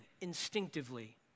instinctively